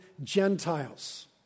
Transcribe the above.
Gentiles